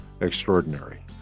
extraordinary